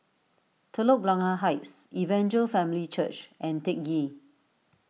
Telok Blangah Heights Evangel Family Church and Teck Ghee